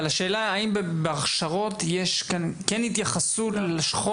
אבל השאלה האם בהכשרות יש כן התייחסות לשכול